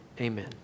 Amen